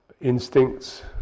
instincts